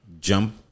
jump